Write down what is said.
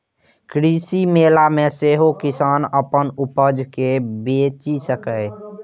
कृषि मेला मे सेहो किसान अपन उपज कें बेचि सकैए